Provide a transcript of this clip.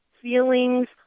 feelings